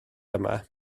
yma